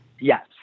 Yes